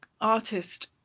artist